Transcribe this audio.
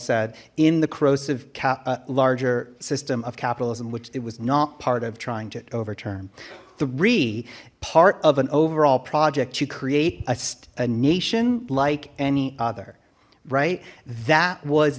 corrosive larger system of capitalism which it was not part of trying to overturn three part of an overall project to create a nation like any other right that was